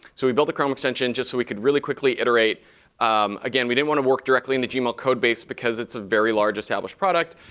so we built a chrome extension just so we could really quickly iterate again, we didn't want to work directly in the gmail code base because it's a very large, established product.